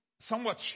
somewhat